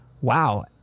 wow